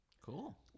cool